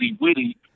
witty